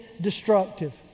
destructive